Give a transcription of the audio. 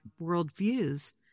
worldviews